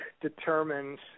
determines